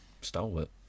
stalwart